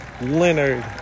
Leonard